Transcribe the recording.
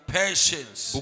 patience